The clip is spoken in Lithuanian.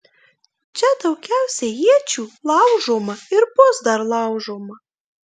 čia daugiausiai iečių laužoma ir bus dar laužoma